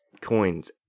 coins